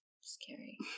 scary